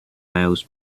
miles